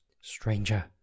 Stranger